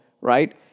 Right